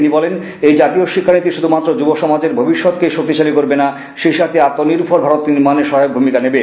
তিনি বলেন এই জাতীয় শিক্ষা নীতি শুধুমাত্র যুব সমাজের ভবিষ্যতকেই শক্তিশালী করবে না সেই সাথে আত্মনির্ভর ভারত নির্মাণে সহায়ক ভ্রমিকা নেবে